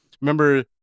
Remember